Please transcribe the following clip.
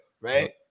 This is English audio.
right